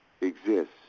exists